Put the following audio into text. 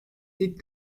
ilk